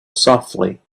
softly